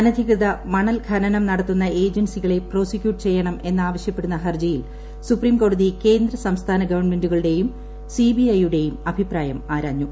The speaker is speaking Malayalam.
അനധികൃത മണൽ പ്രൂന്നം നടത്തുന്ന ഏജൻസികളെ പ്രോസിക്യൂട്ട് ച്ചെയ്യ്ണം എന്നാവശ്യപ്പെടുന്ന ഹർജിയിൽ സുപ്രീംകോടതി ്ക്ടോദ്ദ് സംസ്ഥാന ഗവൺമെന്റുകളുടെയും സി ബി ഐ യുടെയും അഭിപ്രായം ആരാഞ്ഞു